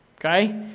okay